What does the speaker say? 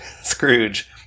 Scrooge